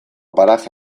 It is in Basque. paraje